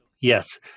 yes